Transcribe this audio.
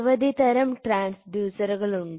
നിരവധി തരം ട്രാൻഡ്യൂസറുകൾ ഉണ്ട്